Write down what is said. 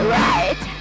right